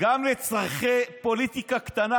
גם לצורכי פוליטיקה קטנה,